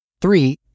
Three